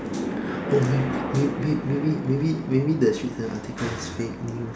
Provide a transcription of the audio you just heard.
oh may~ maybe maybe maybe maybe the Straits times article is fake news